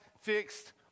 fixed